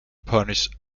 punish